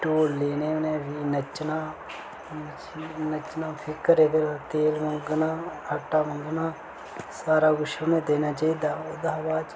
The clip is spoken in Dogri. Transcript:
ढोल लेने उनें फ्ही नच्चना नच्चना फ्ही घरें घरें तेल मंगना आटा मंगना सारा किश उनेंगी देना चाहिदा ओह्दे शा बाद च